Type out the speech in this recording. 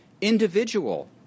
individual